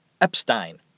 Epstein